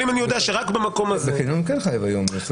אבל אם אני יודע שרק במקום הזה --- בקניונים כן חייבים היום מסכה.